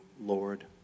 Lord